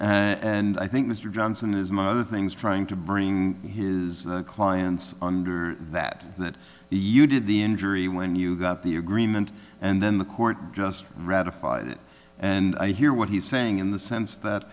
and i think mr johnson is my other things trying to bring his clients under that that you did the injury when you got the agreement and then the court just ratified it and i hear what he's saying in the sense that